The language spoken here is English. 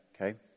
okay